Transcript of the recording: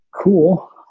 cool